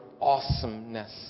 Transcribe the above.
awesomeness